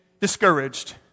discouraged